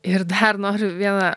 ir dar noriu vieną